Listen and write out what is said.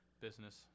business